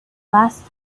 last